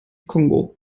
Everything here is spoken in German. kongo